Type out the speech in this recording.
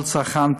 כל צרכן,